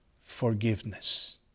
forgiveness